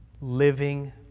living